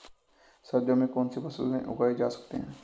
सर्दियों में कौनसी फसलें उगाई जा सकती हैं?